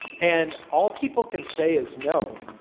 and all people can say is no,